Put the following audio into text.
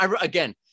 again